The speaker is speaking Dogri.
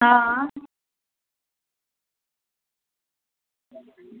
आं